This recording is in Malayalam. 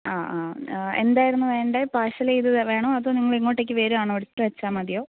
ആ ആ എന്തായിരുന്നു വേണ്ടത് പാഴ്സൽ ചെയ്ത് വേണോ അതോ നിങ്ങൾ ഇങ്ങോട്ടേക്ക് വരുവാണോ എടുത്തുവെച്ചാൽ മതിയോ